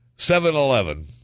7-Eleven